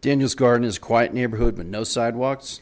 didn't use garden is quite neighborhood and no sidewalks